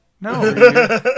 no